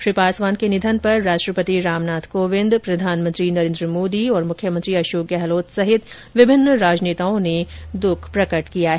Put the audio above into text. श्री पासवान के निधन पर राष्ट्रपति रामनाथ कोविंद प्रधानमंत्री नरेन्द्र मोदी और मुख्यमंत्री अशोक गहलोत सहित विभिन्न राजनेताओं ने दुख प्रकट किया है